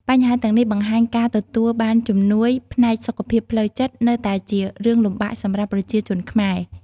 បញ្ហាទាំងនេះបង្ហាញថា ការទទួលបានជំនួយផ្នែកសុខភាពផ្លូវចិត្តនៅតែជារឿងលំបាកសម្រាប់ប្រជាជនខ្មែរ។